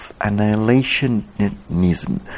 annihilationism